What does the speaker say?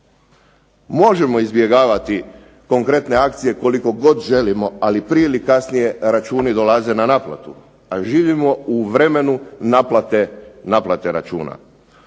Možemo izbjegavati konkretne akcije koliko god želimo, ali prije ili kasnije računi dolaze na naplatu, a živimo u vremenu naplate računa.